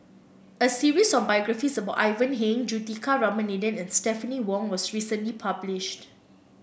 a series of biographies about Ivan Heng Juthika Ramanathan and Stephanie Wong was recently published